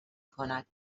کند